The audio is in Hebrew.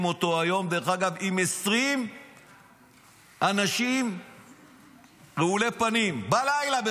עוצרים אותו היום עם 20 אנשים רעולי פנים בלילה,